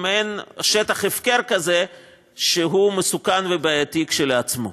מעין שטח הפקר כזה שהוא מסוכן ובעייתי כשלעצמו.